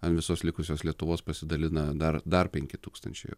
ant visos likusios lietuvos pasidalina dar dar penki tūkstančiai